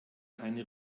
keine